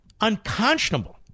unconscionable